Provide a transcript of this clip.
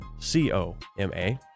C-O-M-A